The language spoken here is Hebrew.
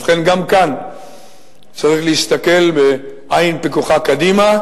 ובכן, גם כאן צריך להסתכל בעין פקוחה קדימה.